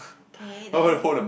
K then